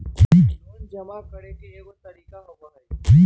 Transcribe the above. Loan जमा करेंगे एगो तारीक होबहई?